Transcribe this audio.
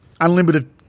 unlimited